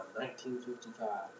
1955